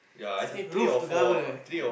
roof to cover ah